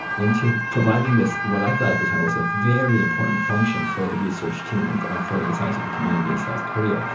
into providing this what i thought at the time was a very important function for the research team and for and for the scientific community in south korea.